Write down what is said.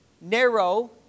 narrow